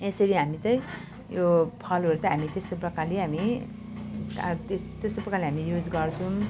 यसरी हामी चाहिँ यो फलहरू चाहिँ हामी त्यस्तो प्रकारले हामी आ त्यस त्यस्तो प्रकारले हामी युज गर्छौँ